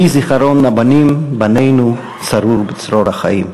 יהי זיכרון הבנים, בנינו, צרור בצרור החיים.